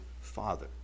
Father